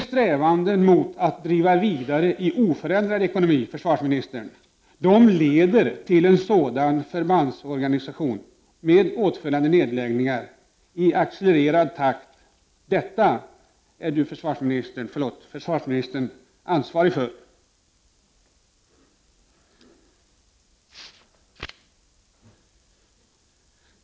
Strävandena mot att driva vidare i oförändrad ekonomi, försvarsministern, leder till en förbandsorganisation med åtföljande nedläggningar i accelererande takt. Detta är försvarsministern ansvarig för.